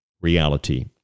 reality